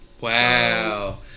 Wow